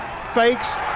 fakes